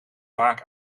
vaak